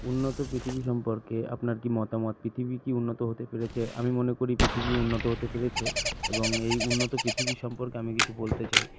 উন্নত পৃথিবী সম্পর্কে আপনার কী মতামত পৃথিবী কি উন্নত হতে পেরেছে আমি মনে করি পৃথিবী উন্নত হতে পেরেছে এবং এই উন্নত পৃথিবী সম্পর্কে আমি কিছু বলতে চাই